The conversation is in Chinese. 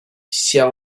香槟